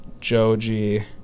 Joji